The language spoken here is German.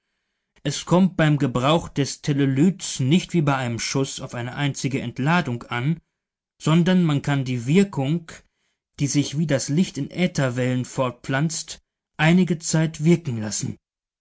es kommt beim gebrauch des telelyts nicht wie bei einem schuß auf eine einzige entladung an sondern man kann die wirkung die sich wie das licht in ätherwellen fortpflanzt einige zeit wirken lassen